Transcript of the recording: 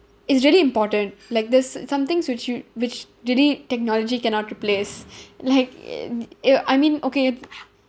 it's really important like there's some things which you which really technology cannot replace like it I mean okay